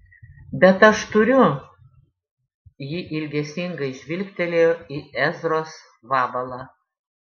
bet aš turiu ji ilgesingai žvilgtelėjo į ezros vabalą